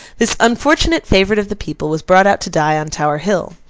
this unfortunate favourite of the people was brought out to die on tower hill.